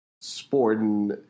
sporting